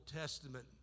Testament